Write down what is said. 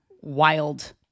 wild